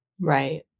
Right